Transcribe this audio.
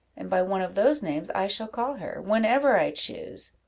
and by one of those names i shall call her, whenever i choose,